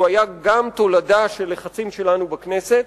הוא היה גם תולדה של לחצים שלנו בכנסת.